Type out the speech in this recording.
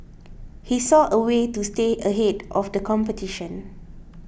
he saw a way to stay ahead of the competition